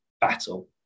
battle